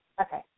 Okay